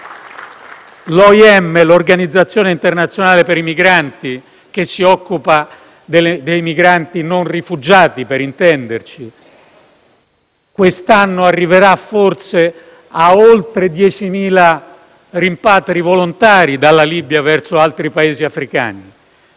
L'OIM, l'Organizzazione internazionale per i migranti, che si occupa dei migranti non rifugiati, quest'anno arriverà forse a oltre 10.000 rimpatri volontari dalla Libia verso altri Paesi africani.